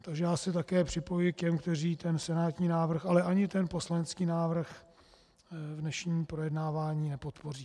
Takže já se také připojuji k těm, kteří ten senátní návrh ale ani ten poslanecký návrh v dnešním projednávání nepodpoří.